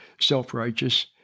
self-righteous